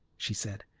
she said.